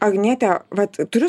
agniete vat turiu